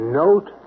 note